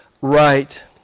right